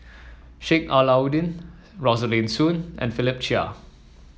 Sheik Alau'ddin Rosaline Soon and Philip Chia